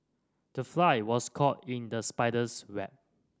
the fly was caught in the spider's web